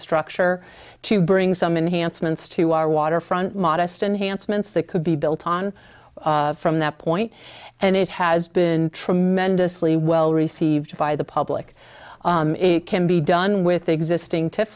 structure to bring some enhanced mints to our waterfront modest enhanced ments that could be built on from that point and it has been tremendously well received by the public can be done with the existing t